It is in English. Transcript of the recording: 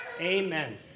Amen